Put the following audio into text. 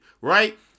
right